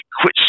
quit